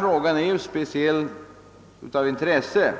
Frågan är av speciellt intresse